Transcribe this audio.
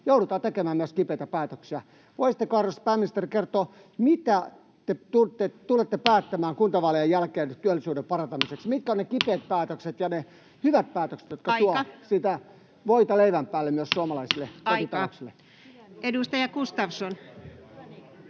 joudutaan tekemään myös kipeitä päätöksiä. Voisitteko, arvoisa pääministeri, kertoa, mitä te tulette päättämään kuntavaalien jälkeen työllisyyden parantamiseksi? Mitkä ovat ne kipeät päätökset ja ne hyvät päätökset, [Puhemies: Aika!] jotka tuovat sitä voita leivän päälle myös suomalaisille kotitalouksille? Edustaja Gustafsson.